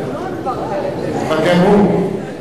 כבר גמרו.